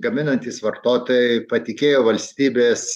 gaminantys vartotojai patikėjo valstybės